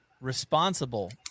responsible